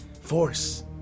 force